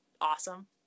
awesome